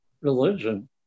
religion